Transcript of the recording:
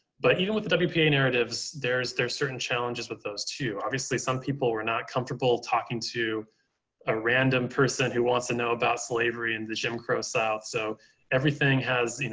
but even with the wpa narratives, there's there certain challenges with those too. obviously, some people were not comfortable talking to a random person who wants to know about slavery in the jim crow south. so everything has, you know,